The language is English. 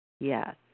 Yes